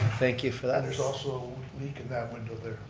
thank you for that. there's also a leak in that window there.